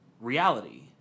reality